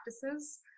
practices